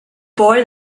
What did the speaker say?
boy